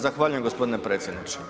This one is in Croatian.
Zahvaljujem gospodine predsjedniče.